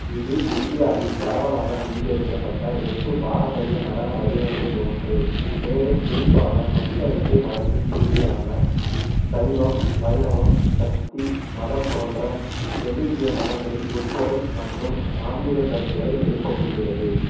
இது இந்தியாவில் பரவலாக அங்கீகரிக்கப்பட்ட எட்டு பாரம்பரிய நடன வடிவங்களில் ஒன்று மேலும் குறிப்பாக மொத்த இந்து மதத்தின் பிரிவுகளான சைவம் வைணவம் சக்தி மதம் போன்ற தென்னிந்திய மதங்களின் உட்பொருள் மற்றும் ஆன்மீகக் கருத்துக்களை வெளிப்படுத்துகிறது